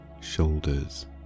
shoulders